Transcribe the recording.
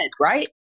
right